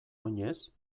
oinez